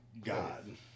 God